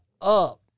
up